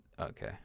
Okay